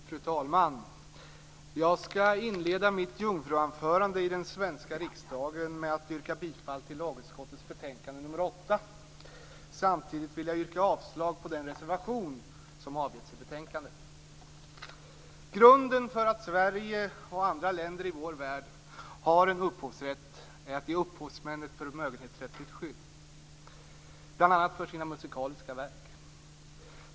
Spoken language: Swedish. Fru talman! Jag skall inleda mitt jungfruanförande i den svenska riksdagen med att yrka bifall till lagutskottets betänkande nr 8. Samtidigt vill jag yrka avslag på den reservation som avgetts till betänkandet. Grunden för att Sverige och andra länder i vår värld har en upphovsrätt är att ge upphovsmän ett förmögenhetsrättsligt skydd, bl.a. för sina musikaliska verk.